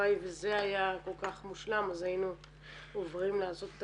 הלוואי וזה היה כל כך מושלם אז היינו עוברים לעשות את